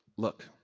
look.